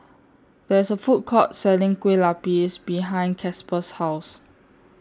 There IS A Food Court Selling Kueh Lupis behind Casper's House